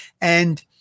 And-